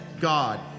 God